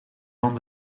van